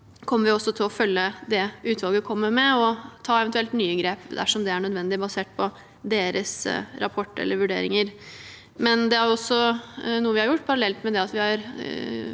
Vi kommer også til å følge det utvalget kommer med, og eventuelt ta nye grep, dersom det er nødvendig, basert på deres rapport eller vurderinger. Det er også noe vi har gjort parallelt med at vi har